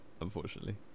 unfortunately